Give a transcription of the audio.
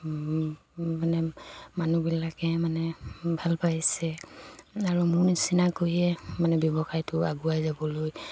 মানে মানুহবিলাকে মানে ভাল পাইছে আৰু মোৰ নিচিনাকৈয়ে মানে ব্যৱসায়টো আগুৱাই যাবলৈ